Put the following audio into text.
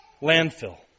landfill